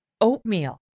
oatmeal